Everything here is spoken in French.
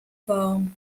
forme